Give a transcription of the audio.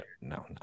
no